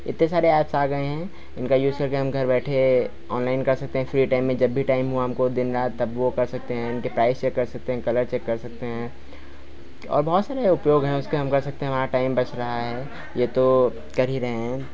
इतने सारे एप्स आ गए हैं इनका यूज करके हम घर बैठे ओनलाइन कर सकते हैं फ्री टाइम में जब भी टाइम हुआ हमको दिन रात तब वह कर सकते हैं इनके प्राइस चेक कर सकते हैं कलर चेक कर सकते हैं और बहुत सारे उपयोग है उसके हम कर सकते हैं वहाँ टाइम बच रहा है यह तो कर ही रहे हैं